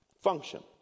Function